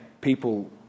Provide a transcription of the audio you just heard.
people